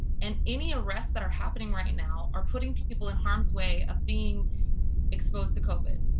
and any arrests that are happening, right now, or putting people in harms way of being exposed to covid